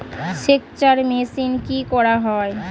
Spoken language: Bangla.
সেকচার মেশিন কি করা হয়?